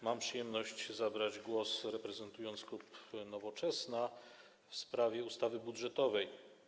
Mam przyjemność zabrać głos, reprezentując klub Nowoczesna w sprawie ustawy budżetowej.